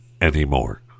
anymore